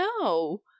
no